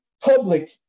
public